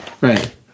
Right